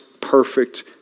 perfect